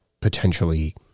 potentially